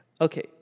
Okay